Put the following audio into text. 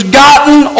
gotten